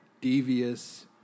devious